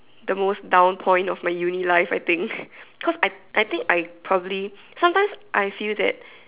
the most down point of my uni life I think cause I think I probably sometimes I feel that